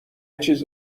چیز